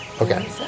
Okay